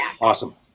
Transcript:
Awesome